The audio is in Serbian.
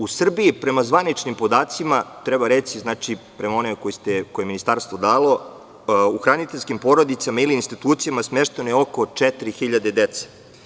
U Srbiji, prema zvaničnim podacima, prema onima koje je Ministarstvo dalo, u hraniteljskim porodicama ili institucijama smešteno je oko 4.000 dece.